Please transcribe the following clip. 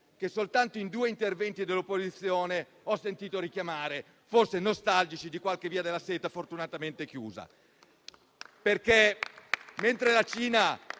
che soltanto in due interventi dell'opposizione ho sentito richiamare, forse nostalgici di qualche via della seta fortunatamente chiusa.